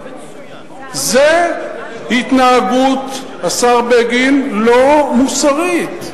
זה התנהגות, השר בגין, לא מוסרית.